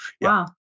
Wow